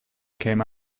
came